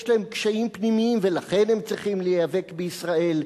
יש להם קשיים פנימיים ולכן הם צריכים להיאבק בישראל,